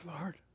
Lord